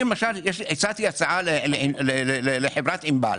אני למשל הצעתי הצעה לחברת ענבל